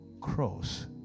cross